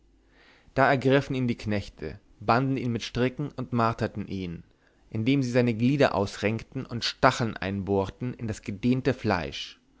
da ergriffen ihn die knechte banden ihn mit stricken und marterten ihn indem sie seine glieder ausrenkten und stacheln einbohrten in das gedehnte fleisch